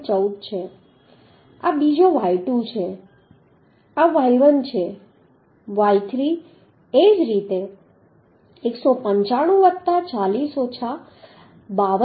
14 છે આ બીજો y2 છે આ y1 છે y3 એ જ રીતે 195 વત્તા 40 ઓછા 52